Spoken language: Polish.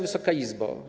Wysoka Izbo!